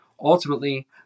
ultimately